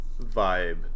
vibe